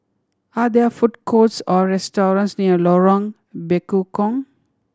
are there food courts or restaurants near Lorong Bekukong